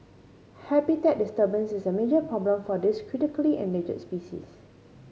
habitat disturbance is a problem for this critically species